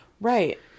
Right